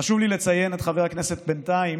חשוב לי לציין את חבר הכנסת, בינתיים